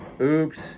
Oops